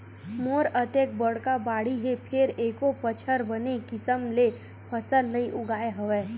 मोर अतेक बड़का बाड़ी हे फेर एको बछर बने किसम ले फसल नइ उगाय हँव